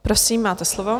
Prosím, máte slovo.